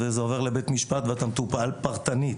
וזה עובר לבית משפט ואתה מטופל פרטנית.